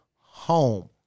home